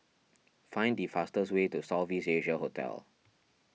find the fastest way to South East Asia Hotel